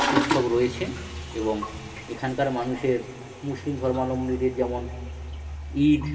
উৎসব রয়েছে এবং এখানকার মানুষের মুসলিম ধর্মাবলম্বীদের যেমন ঈদ